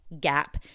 gap